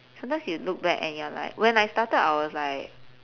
sometimes you look back and you're like when I started I was like